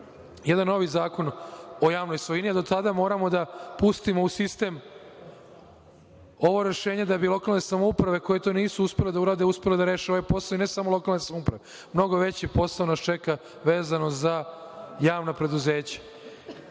jedan novi zakon o javnoj svojini, a do tada moramo da pustimo u sistem ovo rešenje, da bi lokalne samouprave koje to nisu uspele da urade, uspele da reše ovaj posao. I ne samo lokalne samouprave, mnogo veći posao nas čeka vezano za javna preduzeća.